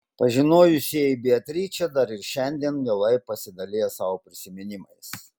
pažinojusieji beatričę dar ir šiandien mielai pasidalija savo prisiminimais